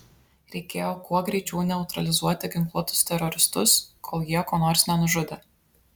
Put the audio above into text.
reikėjo kuo greičiau neutralizuoti ginkluotus teroristus kol jie ko nors nenužudė